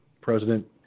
President